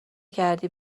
کردی